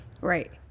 Right